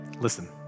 Listen